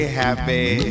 happy